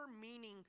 meaning